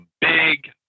big